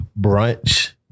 Brunch